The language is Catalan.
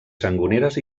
sangoneres